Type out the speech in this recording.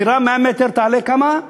דירה 100 מ"ר תעלה כמה?